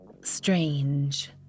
strange